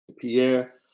Pierre